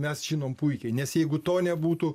mes žinom puikiai nes jeigu to nebūtų